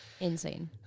Insane